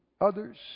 others